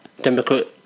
Democrat